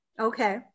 Okay